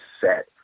set